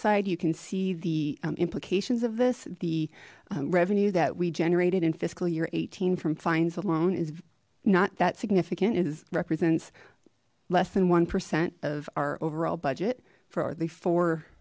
side you can see the implications of this the revenue that we generated in fiscal year eighteen from fines alone is not that significant is represents less than one percent of our overall budget for the four